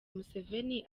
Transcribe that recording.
museveni